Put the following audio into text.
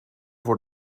voor